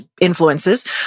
influences